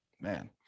man